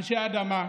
אנשי אדמה,